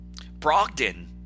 Brogdon